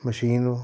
machine